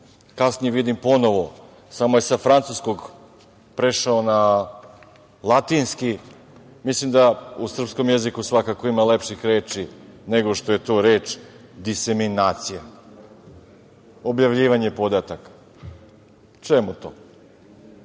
kasnije vidim ponovo, samo je sa francuskog prešao na latinski. Mislim da u srpskom jeziku svakako ima lepših reči nego što je to reč diseminacija – objavljivanje podataka. Čemu to?